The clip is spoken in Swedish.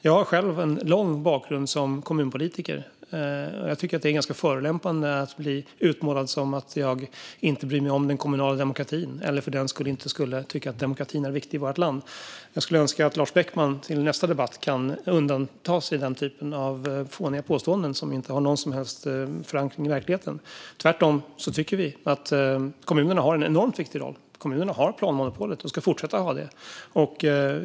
Jag har själv en lång bakgrund som kommunpolitiker, och jag tycker att det är ganska förolämpande att bli utmålad som att jag inte bryr mig om den kommunala demokratin och inte skulle tycka att demokratin i vårt land är viktig. Jag skulle önska att Lars Beckman i nästa debatt kan undvika den typen av fåniga påståenden som inte har någon som helst förankring i verkligheten. Tvärtom tycker vi att kommunerna har en enormt viktig roll. Kommunerna har planmonopolet och ska fortsätta att ha det.